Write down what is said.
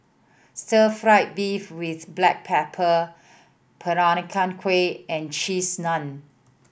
stir fried beef with black pepper Peranakan Kueh and Cheese Naan